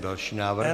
Další návrh.